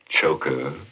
choker